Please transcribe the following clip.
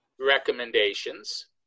recommendations